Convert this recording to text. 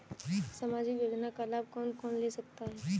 सामाजिक योजना का लाभ कौन कौन ले सकता है?